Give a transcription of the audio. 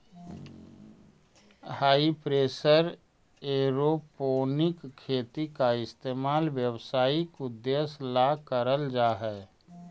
हाई pressure aeroponic खेती का इस्तेमाल व्यावसायिक उद्देश्य ला करल जा हई